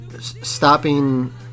stopping